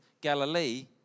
Galilee